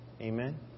Amen